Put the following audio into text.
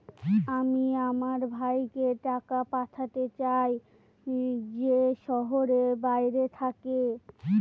আমি আমার ভাইকে টাকা পাঠাতে চাই যে শহরের বাইরে থাকে